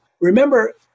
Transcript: Remember